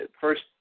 first